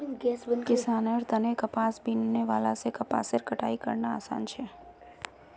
किसानेर तने कपास बीनने वाला से कपासेर कटाई करना आसान छे